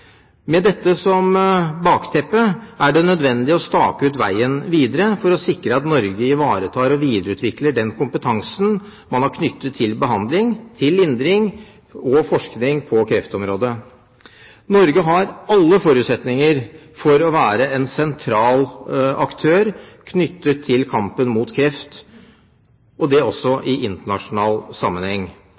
Med dette som bakteppe er det nødvendig å stake ut veien videre for å sikre at Norge ivaretar og videreutvikler den kompetansen man har knyttet til behandling, lindring og forskning på kreftområdet. Norge har alle forutsetninger for å være en svært sentral aktør i kampen mot kreft, også i internasjonal sammenheng.